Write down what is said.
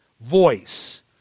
voice